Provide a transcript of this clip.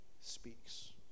speaks